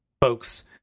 folks